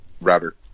router